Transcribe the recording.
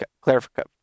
clarification